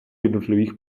jednotlivých